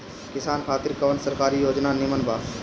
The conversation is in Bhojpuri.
किसान खातिर कवन सरकारी योजना नीमन बा?